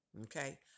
Okay